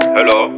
Hello